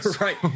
Right